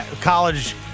College